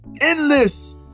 endless